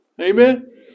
Amen